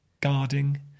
guarding